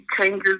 changes